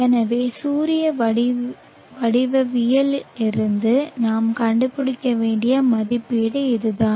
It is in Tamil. எனவே சூரிய வடிவவியலில் இருந்து நாம் கண்டுபிடிக்க வேண்டிய மதிப்பீடு இதுதான்